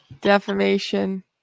Defamation